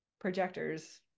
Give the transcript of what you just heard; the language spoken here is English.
projectors